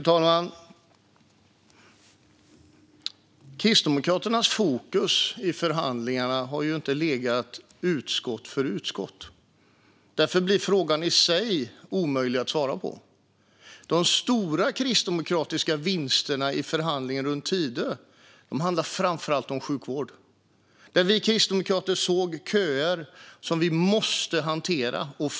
Fru talman! Kristdemokraternas fokus i förhandlingarna har inte legat på utskott för utskott. Därför blir frågan i sig omöjlig att svara på. De stora kristdemokratiska vinsterna i Tidöförhandlingen handlar framför allt om sjukvården, där vi kristdemokrater såg köer som måste hanteras.